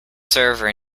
server